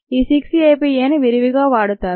ఈ 6 ఏపీఏ విరివిగా వాడుతారు